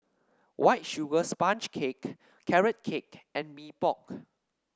White Sugar Sponge Cake Carrot Cake and Mee Pok